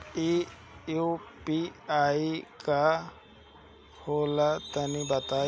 इ यू.पी.आई का होला तनि बताईं?